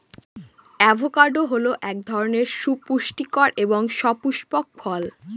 avocado হল এক ধরনের সুপুষ্টিকর এবং সপুস্পক ফল